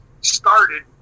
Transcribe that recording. started